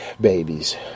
babies